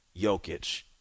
Jokic